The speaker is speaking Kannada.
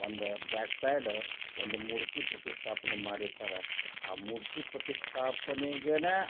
ಒಂದು ಬ್ಯಾಕ್ಸೈಡ ಒಂದು ಮೂರ್ತಿ ಪ್ರತಿಷ್ಠಾಪನೆ ಮಾಡಿಟ್ಟಾರೆ ಆ ಮೂರ್ತಿ ಪ್ರತಿಷ್ಠಾಪನೆಗೇ